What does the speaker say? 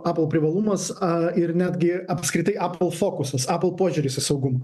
apple privalumas a ir netgi apskritai apple fokusas apple požiūris į saugumą